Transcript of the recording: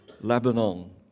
Lebanon